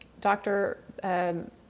doctor